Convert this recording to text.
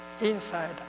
inside